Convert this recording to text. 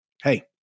hey